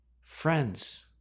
Friends